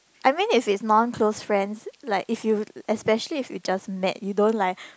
I mean if it's non close friend like if you especially if you just met you don't like